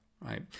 right